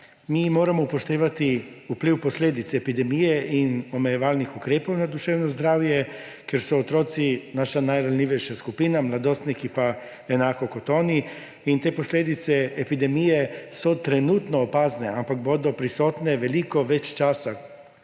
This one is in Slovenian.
Mi moramo upoštevati vpliv posledic epidemije in omejevalnih ukrepov na duševno zdravje, ker so otroci naša najranljivejša skupina, mladostniki pa enako kot oni. In te posledice epidemije so trenutno opazne, ampak bodo prisotne veliko več časa